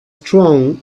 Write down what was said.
strong